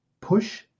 push